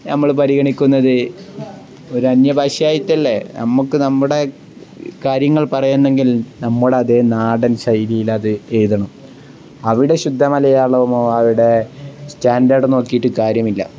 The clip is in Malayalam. നമ്മള് പരിഗണിക്കുന്നത് ഒരന്യഭാഷയായിട്ടല്ലേ നമ്മള്ക്കു നമ്മുടെ കാര്യങ്ങൾ പറയുന്നെങ്കിൽ നമ്മുതേ നാടൻ ശൈലിയിലത് എഴുതണം അവിടെ ശുദ്ധമലയാളമോ അവിടെ സ്റ്റാൻഡേർഡ് നോക്കിയിട്ടു കാര്യമില്ല